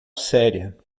séria